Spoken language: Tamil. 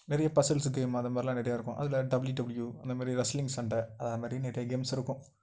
நிறைய பஸுல்ஸு கேமு அது மாதிரிலாம் நிறையா இருக்கும் அதில் டபுள்யூ டபுள்யூ அந்த மாதிரி ரஸ்ட்லிங் சண்டை அதை மாதிரி நிறைய கேம்ஸ் இருக்கும்